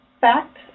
fact